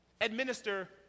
Administer